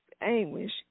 anguish